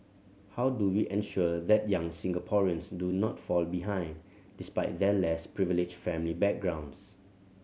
how do we ensure that young Singaporeans do not fall behind despite their less privileged family backgrounds